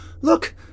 Look